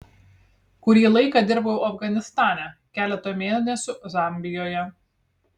kurį laiką dirbau afganistane keletą mėnesių zambijoje